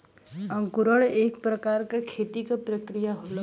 अंकुरण एक प्रकार क खेती क प्रक्रिया होला